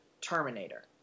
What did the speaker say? Terminator